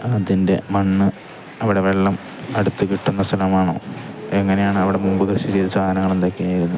അതിൻ്റെ മണ്ണ് അവിടെ വെള്ളം അടുത്ത് കിട്ടുന്ന സ്ഥലമാണോ എങ്ങനെയാണ് അവിടെ മുമ്പ് കൃഷി ചെയ്ത സാധനങ്ങൾ എന്തൊക്കെയായിരുന്നു